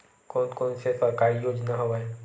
कोन कोन से सरकारी योजना हवय?